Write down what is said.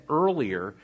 earlier